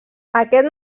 aquest